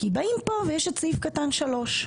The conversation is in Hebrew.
כי באים כאן ויש את סעיף קטן (3).